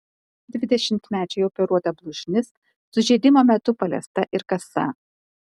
dvidešimtmečiui operuota blužnis sužeidimo metu paliesta ir kasa